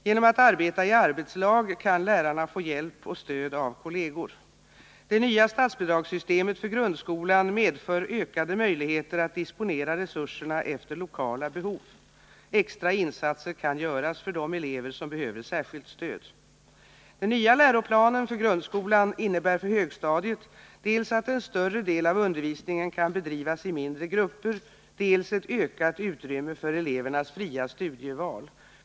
Genom att arbeta i arbetslag kan lärarna få hjälp och stöd av kolleger. Det nya statsbidragssystemet för grundskolan medför ökade möjligheter att disponera resurserna efter lokala behov. Extra insatser kan göras för de elever som behöver särskilt stöd. Den nya läroplanen för grundskolan innebär för högstadiet dels att en större del av undervisningen kan bedrivas i mindre grupper, dels ett ökat utrymme för elevernas fria studieval.